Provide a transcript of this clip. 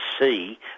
see